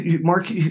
Mark